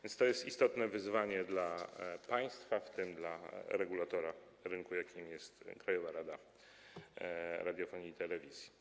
Jest to zatem istotne wyzwanie dla państwa, w tym dla regulatora rynku, jakim jest Krajowa Rada Radiofonii i Telewizji.